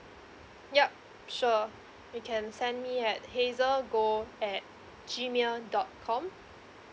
yup sure you can send me at hazel goh at G mail dot com